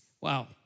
Wow